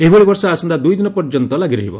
ଏହିଭଳି ବର୍ଷା ଆସନ୍ତା ଦୂଇଦିନ ପର୍ଯ୍ୟନ୍ତ ଲାଗି ରହିବ